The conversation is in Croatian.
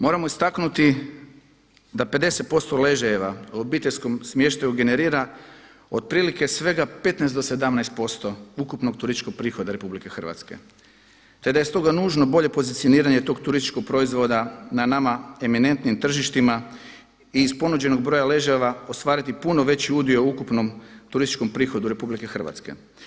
Moramo istaknuti da 50% ležajeva u obiteljskom smještaju generira otprilike svega 15 do 17% ukupnog turističkog prihoda Republike Hrvatske, te da je stoga nužno bolje pozicioniranje tog turističkog proizvoda na nama eminentnim tržištima i iz ponuđenih broja ležajeva ostvariti puno veći udio u ukupnom turističkom prihodu Republike Hrvatske.